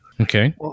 Okay